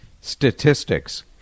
statistics